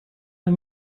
let